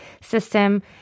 system